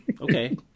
okay